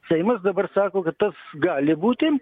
seimas dabar sako kad tas gali būti